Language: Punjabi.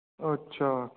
ਅੱਛਾ